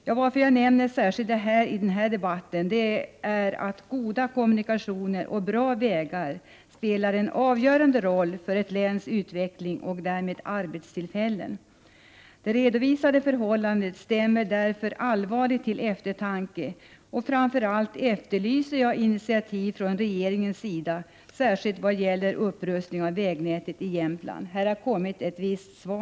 Anledningen till att jag särskilt nämner detta i den här debatten är att goda kommunikationer och bra vägar spelar en avgörande roll för ett läns utveckling och därmed för arbetstillfällena. Det redovisade förhållandet stämmer därför allvarligt till eftertanke. Framför allt efterlyser jag initiativ från regeringens sida vad gäller en upprustning av vägnätet i Jämtland. I viss mån har jag fått ett svar i och med dagens debatt.